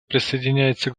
присоединяется